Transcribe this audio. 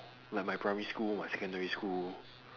like my primary school my secondary school